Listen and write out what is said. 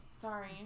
Sorry